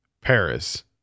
Paris